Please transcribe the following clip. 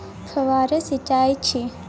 फव्वारा सिंचाई की छिये?